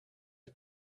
are